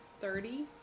thirty